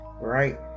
right